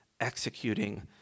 executing